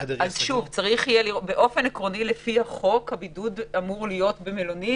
לפי החוק הבידוד אמור להיות במלונית,